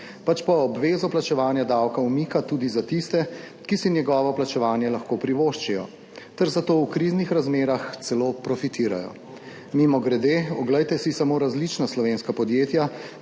pač pa obvezo plačevanja davka umika tudi za tiste, ki si njegovo plačevanje lahko privoščijo ter zato v kriznih razmerah celo profitirajo. Mimogrede, oglejte si samo različna slovenska podjetja,